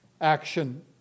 action